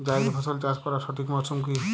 জায়েদ ফসল চাষ করার সঠিক মরশুম কি?